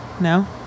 No